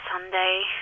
Sunday